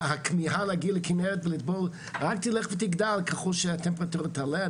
הכמיהה להגיע לטבול בכנרת רק תלך ותגדל ככל שהטמפרטורה תעלה,